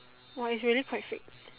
!wah! is really quite fake